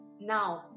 now